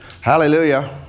Hallelujah